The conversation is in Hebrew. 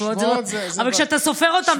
אבל כשאתה סופר אותם,